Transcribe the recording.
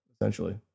essentially